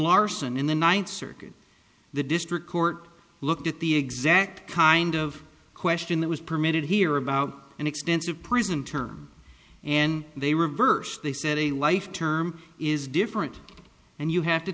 larson in the ninth circuit the district court looked at the exact kind of question that was permitted here about an extensive prison term and they reversed they said a life term is different and you have to